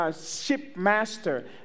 shipmaster